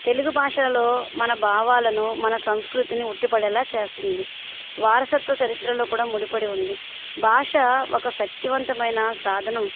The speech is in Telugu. తెలుగు భాషలో మన భావాలను మన సంస్కృతిని ఉట్టిపడేలా చేస్తుంది వారసత్వ చరిత్రలో కూడా ముడిపడి ఉంది భాష ఒక శక్తివంతమైన సాధనం